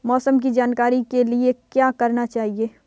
मौसम की जानकारी के लिए क्या करना चाहिए?